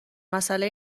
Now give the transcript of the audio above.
مسئله